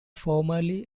formerly